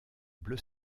bleu